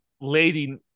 lady